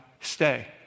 stay